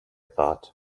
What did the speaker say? thought